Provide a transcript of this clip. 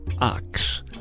ox